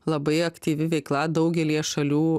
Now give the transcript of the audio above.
labai aktyvi veikla daugelyje šalių